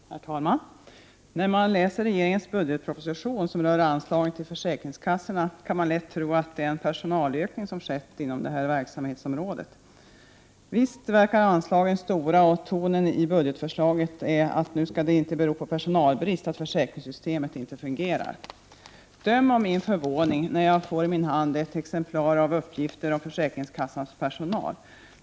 Herr talman! När man läser i regeringens budgetproposition vad som rör anslagen till försäkringskassorna, kan man lätt tro att det är en personalökning som skett inom detta verksamhetsområde. Visst verkar anslagen stora, och tonen i budgetförslaget är att nu skall det inte bero på personalbrist att försäkringssystemet inte fungerar. Döm om min förvåning när jag får i min hand ett exemplar av uppgifter om försäkringskassans personal.